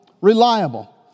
reliable